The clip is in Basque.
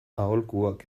aholkuak